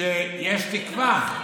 שיש תקווה.